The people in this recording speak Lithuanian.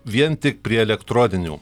vien tik prie elektroninių